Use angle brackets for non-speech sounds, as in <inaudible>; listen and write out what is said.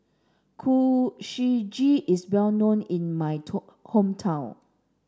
Kuih Suji is well known in my <unintelligible> hometown